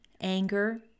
anger